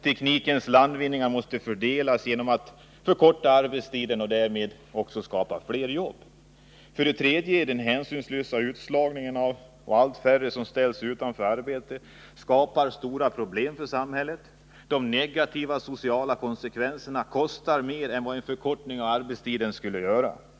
Teknikens landvinningar måste fördelas genom att man förkortar arbetstiden och därmed skapar fler jobb. 3. En hänsynslös utslagning och allt färre i arbete skapar stora problem för samhället. De negativa sociala konsekvenserna kostar mer än vad en förkortning av arbetstiden skulle göra.